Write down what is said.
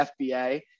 FBA